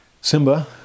Simba